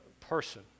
person